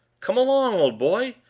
come along, old boy!